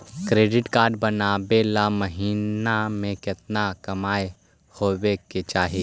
Credit card बनबाबे ल महीना के केतना कमाइ होबे के चाही?